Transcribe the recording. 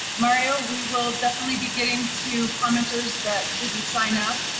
mario, we will definitely be getting to commenters that didn't sign up.